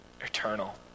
eternal